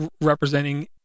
representing